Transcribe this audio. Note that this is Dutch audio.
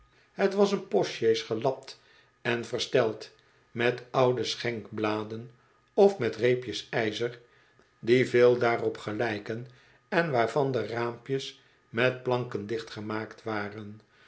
het was een postsjees gelapt en versteld met oude schenkbladen of met reepjes ijzer die veel daarop gelijken en waarvan de raampjes met planken dichtgemaakt waren